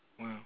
Wow